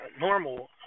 normal